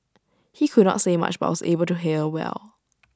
he could not say much but was able to hear well